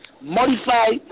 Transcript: modified